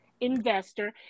investor